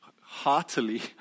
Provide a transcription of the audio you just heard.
heartily